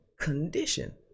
condition